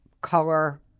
Color